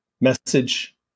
message